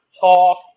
talk